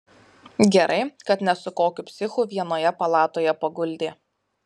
gerai kad ne su kokiu psichu vienoje palatoje paguldė